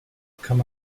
kann